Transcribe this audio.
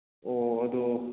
ꯑꯣ ꯑꯗꯣ